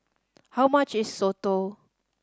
how much is soto